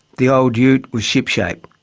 the old ute was ship-shape,